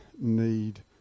Need